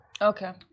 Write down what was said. Okay